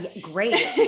Great